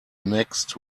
next